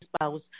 spouse